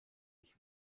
ich